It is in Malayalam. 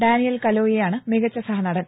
ഡാനിയൽ കലൂയയാണ് മികച്ച സഹനടൻ